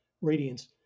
radiance